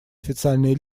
официальные